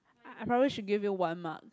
I I probably should give you one mark